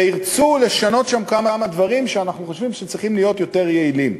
וירצו לשנות שם כמה דברים שאנחנו חושבים שצריכים להיות יותר יעילים,